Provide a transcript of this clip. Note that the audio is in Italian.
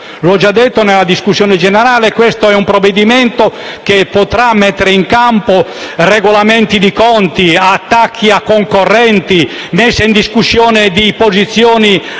L'ho già detto nella discussione generale: questo è un provvedimento che potrà mettere in campo regolamenti di conti, attacchi a concorrenti, messe in discussione di posizioni